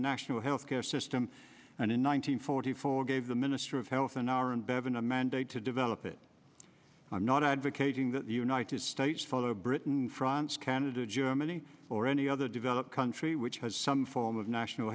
national health care system and in one nine hundred forty four gave the ministry of health in r and bevan a mandate to develop it i'm not advocating that the united states follow britain france canada germany or any other developed country which has some form of national